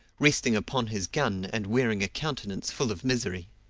resting upon his gun, and wearing a countenance full of misery.